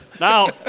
Now